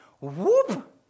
whoop